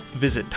Visit